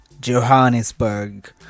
johannesburg